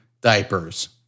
diapers